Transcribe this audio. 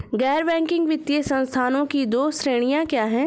गैर बैंकिंग वित्तीय संस्थानों की दो श्रेणियाँ क्या हैं?